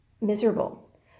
miserable